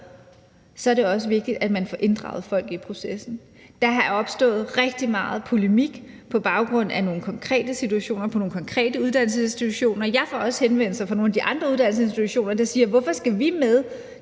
år, er det også vigtigt, at man får inddraget folk i processen. Der er opstået rigtig meget polemik på baggrund af nogle konkrete situationer på nogle konkrete uddannelsesinstitutioner. Jeg får også henvendelser fra nogle af de andre uddannelsesinstitutioner, der siger: Hvorfor skal vi med,